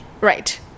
Right